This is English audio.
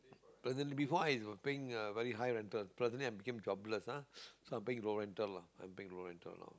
but then before I is paying uh high rental presently I became jobless ah so I paying low rental lah paying low rental lah